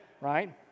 right